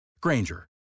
Granger